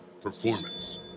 Performance